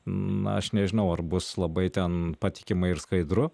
na aš nežinau ar bus labai ten patikima ir skaidru